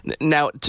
Now